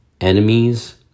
enemies